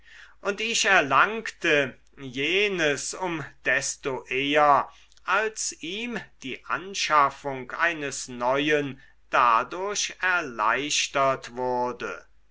und ich erlangte jenes um desto eher als ihm die anschaffung eines neuen dadurch erleichtert wurde